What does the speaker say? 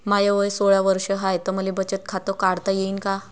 माय वय सोळा वर्ष हाय त मले बचत खात काढता येईन का?